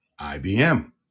IBM